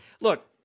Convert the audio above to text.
Look